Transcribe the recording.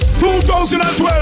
2012